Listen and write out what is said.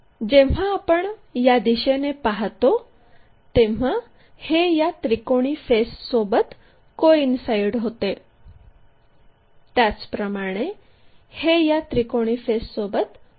जेव्हा आपण या दिशेने पाहतो तेव्हा हे या त्रिकोणी फेससोबत कोइन्साईड होते त्याचप्रमाणे हे या त्रिकोणी फेससोबत कोइन्साईड होते